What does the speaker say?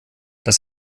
das